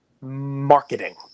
marketing